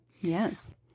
yes